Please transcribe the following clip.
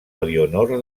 elionor